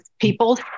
People